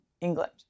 England